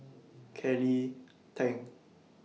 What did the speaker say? Kelly Tang